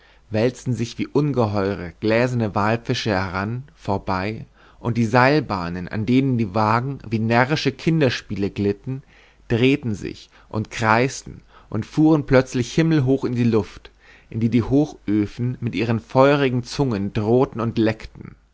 wälzten sich wie ungeheure gläserne walfische heran vorbei und die seilbahnen an denen die wagen wie närrische kinderspiele glitten drehten sich und kreisten und fuhren plötzlich himmelhoch in die luft in die die hochöfen mit ihren feurigen zungen drohten und leckten